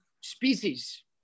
species